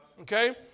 Okay